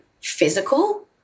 physical